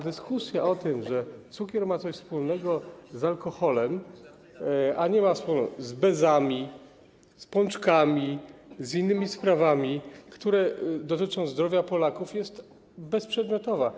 Dyskusja o tym, że cukier ma coś wspólnego z alkoholem, a nie ma nic wspólnego z bezami, z pączkami, z innymi sprawami, które dotyczą zdrowia Polaków, jest bezprzedmiotowa.